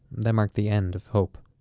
that marked the end of hope